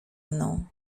mną